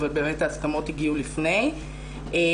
אבל באמת ההסכמות הגיעו לפני כן.